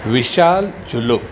विशाल चुलुक